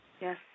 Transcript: Yes